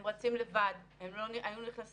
הם רצים לבד,